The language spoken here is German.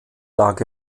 lag